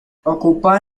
ocupa